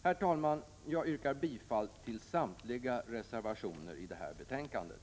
Herr talman! Jag yrkar bifall till samtliga reservationer i betänkandet.